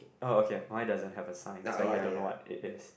oh okay mine doesn't have a sign so I don't know what it is